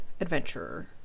adventurer